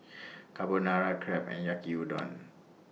Carbonara Crepe and Yaki Udon